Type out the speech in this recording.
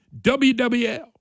WWL